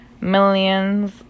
millions